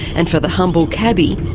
and for the humble cabbie,